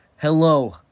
Hello